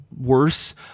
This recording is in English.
worse